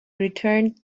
returned